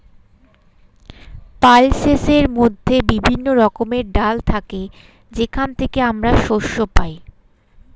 পালসেসের মধ্যে বিভিন্ন রকমের ডাল থাকে যেখান থেকে আমরা শস্য পাই